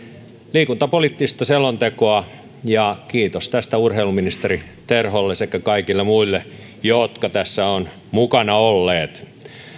liikuntapoliittista selontekoa ja kiitos tästä urheiluministeri terholle sekä kaikille muille jotka tässä ovat mukana olleet